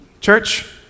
church